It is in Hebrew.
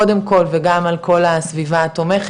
קודם כל וגם על כל הסביבה התומכת,